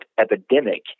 epidemic